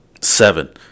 seven